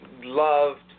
loved